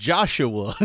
Joshua